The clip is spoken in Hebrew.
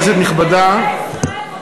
כנסת נכבדה,